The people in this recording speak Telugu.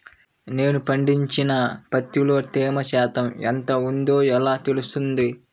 నేను పండించిన పత్తిలో తేమ శాతం ఎంత ఉందో ఎలా తెలుస్తుంది?